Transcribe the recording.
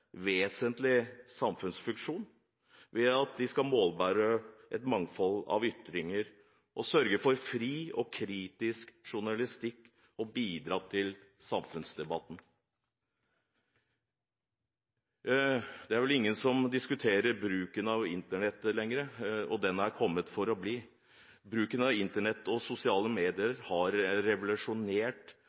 vesentlig samfunnsfunksjon ved at de skal målbære et mangfold av ytringer, sørge for fri og kritisk journalistikk og bidra til samfunnsdebatten. Det er vel ingen som diskuterer bruken av Internett lenger, og det er kommet for å bli. Bruken av Internett og sosiale medier har revolusjonert